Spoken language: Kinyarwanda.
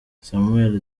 samuel